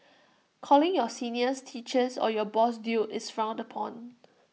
calling your seniors teachers or your boss dude is frowned upon